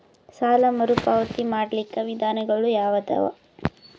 ಸಾಲ ಮರುಪಾವತಿ ಮಾಡ್ಲಿಕ್ಕ ವಿಧಾನಗಳು ಯಾವದವಾ?